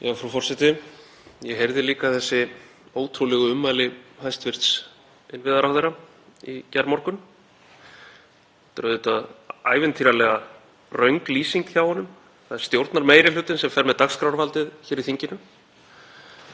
Frú forseti. Ég heyrði líka þessi ótrúlegu ummæli hæstv. innviðaráðherra í gærmorgun. Þetta er auðvitað ævintýralega röng lýsing hjá honum. Það er stjórnarmeirihlutinn sem fer með dagskrárvaldið hér í þinginu.